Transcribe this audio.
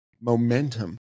momentum